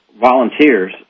volunteers